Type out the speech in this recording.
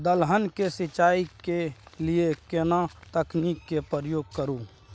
दलहन के सिंचाई के लिए केना तकनीक के प्रयोग करू?